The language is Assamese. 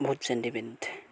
বহুত চেণ্টিমেণ্ট